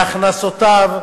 בהכנסותיו,